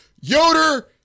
Yoder